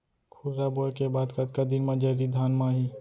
खुर्रा बोए के बाद कतका दिन म जरी धान म आही?